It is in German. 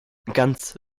ganz